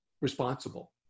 responsible